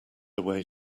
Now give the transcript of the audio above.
away